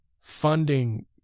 funding